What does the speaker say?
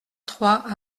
trois